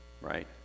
right